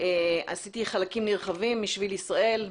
עשיתי חלקים נרחבים משביל ישראל,